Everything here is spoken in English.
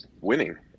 winning